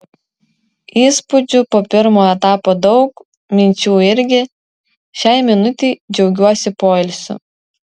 įspūdžių po pirmo etapo daug minčių irgi šiai minutei džiaugiuosi poilsiu